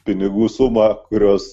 pinigų sumą kurios